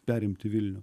perimti vilnių